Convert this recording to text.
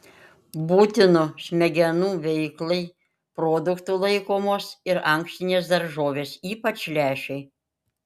būtinu smegenų veiklai produktu laikomos ir ankštinės daržovės ypač lęšiai